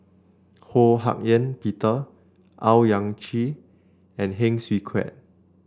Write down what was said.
Ho Hak Ean Peter Owyang Chi and Heng Swee Keat